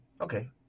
Okay